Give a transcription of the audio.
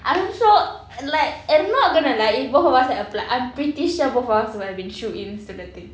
I'm sure like and not gonna lie if both of us had applied I'm pretty sure both of us would have been shoot in students